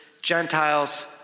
Gentiles